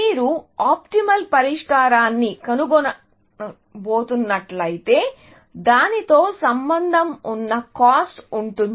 మీరు ఆప్టిమల్ పరిష్కారాన్ని కనుగొనబోతున్నట్లయితే దానితో సంబంధం ఉన్న కాస్ట్ ఉంటుంది